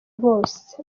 bose